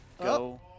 go